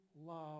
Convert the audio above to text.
love